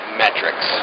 metrics